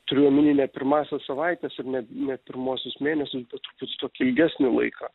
turiu omeny ne pirmąsias savaites ir ne ne pirmuosius mėnesius bet tokį ilgesnį laiką